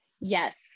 Yes